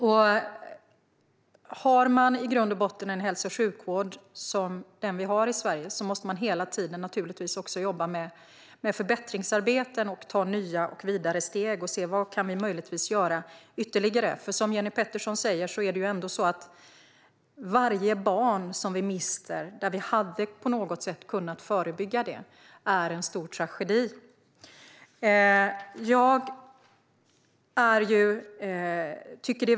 Om man har en sådan hälso och sjukvård som vi har i Sverige måste man hela tiden jobba med förbättringsarbeten och med att ta nya och vidare steg för att se vad ytterligare vi kan göra. Som Jenny Petersson säger är varje barn som vi mister - där vi hade kunnat förebygga det på något sätt - en stor tragedi.